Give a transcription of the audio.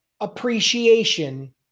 appreciation